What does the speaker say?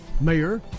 Mayor